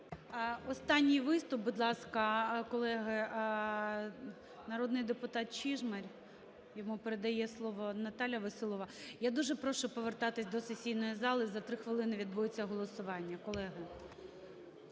Останній виступ, будь ласка, колеги. Народний депутат Чижмарь. Йому передає слово Наталія Веселова. Я дуже прошу повертатися до сесійної зали, за три хвилини відбудеться голосування,